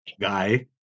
guy